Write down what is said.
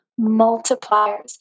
multipliers